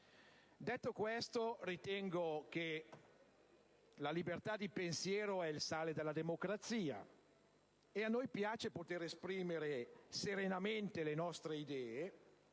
Detto questo, ritengo che la libertà di pensiero sia il sale della democrazia e a noi piace poter esprimere serenamente le nostre idee